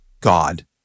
God